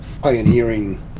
Pioneering